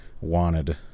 wanted